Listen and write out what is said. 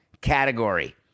category